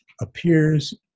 appears